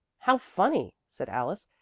how funny, said alice,